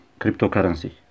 cryptocurrency